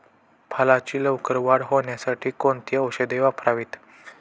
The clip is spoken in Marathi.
फळाची लवकर वाढ होण्यासाठी कोणती औषधे वापरावीत?